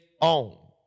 own